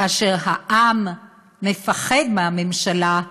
כאשר העם מפחד מהממשלה,